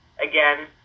again